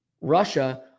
Russia